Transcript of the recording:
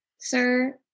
Sir